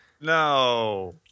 No